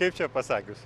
kaip čia pasakius